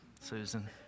Susan